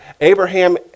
Abraham